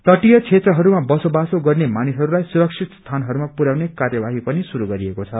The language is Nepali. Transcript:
तटिय क्षेत्रहरूमा बसोबासो गर्ने मानिसहलाई सुरक्षित स्थानहरूमा पुर्याउने कार्यवाही पनि शुरू गरिएको छ